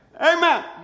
Amen